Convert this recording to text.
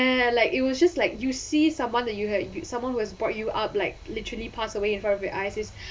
eh like it was just like you see someone that you have you someone who has brought you up like literally pass away in front of your eyes is